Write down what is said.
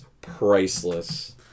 priceless